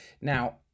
Now